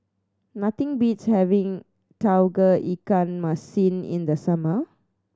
nothing beats having Tauge Ikan Masin in the summer